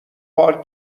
پارک